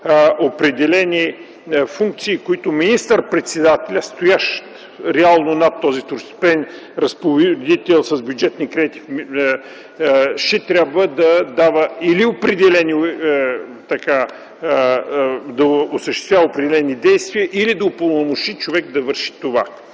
определени функции, които министър-председателят, стоящ реално над този второстепенен разпоредител с бюджетни кредити, ще трябва да осъществява (определени действия или да упълномощи човек да върши това).